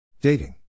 Dating